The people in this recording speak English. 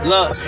Look